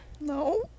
No